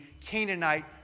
Canaanite